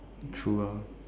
true ah